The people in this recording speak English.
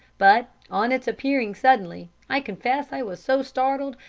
but, on its appearing suddenly, i confess i was so startled,